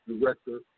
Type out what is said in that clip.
director